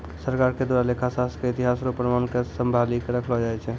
सरकार के द्वारा लेखा शास्त्र के इतिहास रो प्रमाण क सम्भाली क रखलो जाय छै